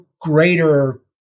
greater